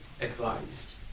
advised